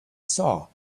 saw